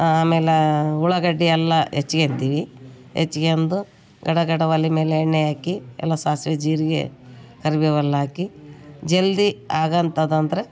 ಆಮೇಲೆ ಉಳ್ಳಾಗಡ್ಡೆ ಎಲ್ಲ ಹೆಚ್ಕೊಳ್ತೀವಿ ಹೆಚ್ಕೊಂಡು ಗಡ ಗಡ ಒಲೆ ಮೇಲೆ ಎಣ್ಣೆ ಹಾಕಿ ಎಲ್ಲ ಸಾಸಿವೆ ಜೀರಿಗೆ ಕರಿಬೇವೆಲ್ಲ ಹಾಕಿ ಜಲ್ದಿ ಆಗೊ ಅಂಥ್ದಂದ್ರೆ